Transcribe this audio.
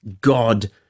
God